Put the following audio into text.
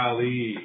Ali